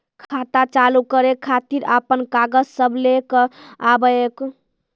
खाता चालू करै खातिर आपन कागज सब लै कऽ आबयोक?